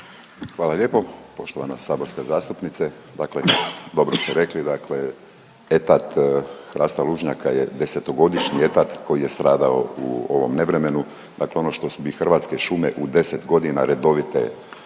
Hvala lijepo poštovana saborska zastupnice, dakle dobro ste rekli, dakle etat hrasta lužnjaka je 10-godišnji etat koji je stradao u ovom nevremenu, dakle ono što bi Hrvatske šume u 10.g. redovite